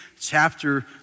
chapter